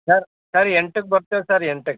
sir sir ಎಂಟಕ್ಕೆ ಬರ್ತೇವೆ sir ಎಂಟಕ್ಕೆ